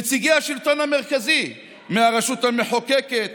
נציגי השלטון המרכזי: מהרשות המחוקקת,